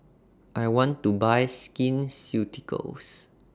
I want to Buy Skin Ceuticals